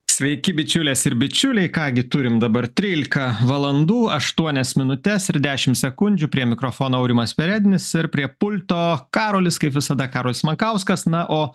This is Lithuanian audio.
sveiki bičiulės ir bičiuliai ką gi turim dabar trylika valandų aštuonias minutes ir dešim sekundžių prie mikrofono aurimas perednis ir prie pulto karolis kaip visada karolis mankauskas na o